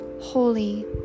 holy